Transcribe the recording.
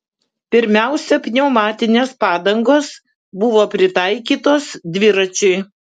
pirmiausia pneumatinės padangos buvo pritaikytos dviračiui